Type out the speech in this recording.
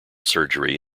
surgery